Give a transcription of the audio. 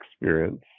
experience